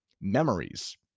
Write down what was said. memories